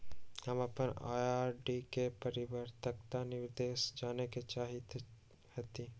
हम अपन आर.डी के परिपक्वता निर्देश जाने के चाहईत हती